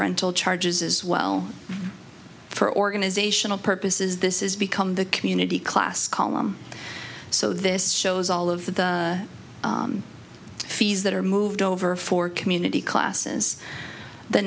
rental charges as well for organizational purposes this is become the community class column so this shows all of the fees that are moved over for community classes the